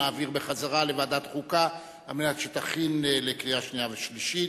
נעביר בחזרה לוועדת חוקה על מנת שתכין לקריאה שנייה ושלישית.